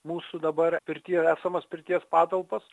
mūsų dabar pirty ir esamas pirties patalpas